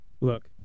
Look